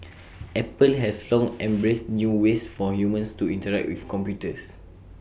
apple has long embraced new ways for humans to interact with computers